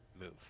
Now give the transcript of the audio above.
move